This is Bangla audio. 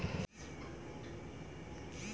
কোন জিনিস যদি মার্কেটে বিক্রি করে আবার কিনতেছে